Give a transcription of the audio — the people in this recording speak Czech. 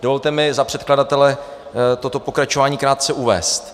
Dovolte mi za předkladatele toto pokračování krátce uvést.